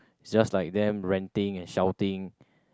just like them ranting and shouting